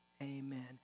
amen